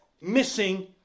missing